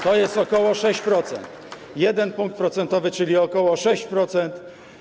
To jest ok. 6%, jeden punkt procentowy, czyli ok. 6%.